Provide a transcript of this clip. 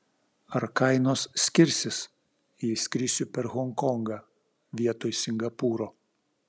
ar kainos skirsis jei skrisiu per honkongą vietoj singapūro